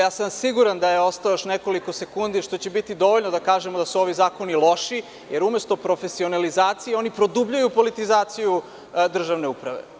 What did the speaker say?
Siguran sam da je ostalo još nekoliko sekundi što će biti dovoljno da kažemo da su ovi zakoni loši, jer umesto profesionalizacije oni produbljuju politizaciju državne uprave.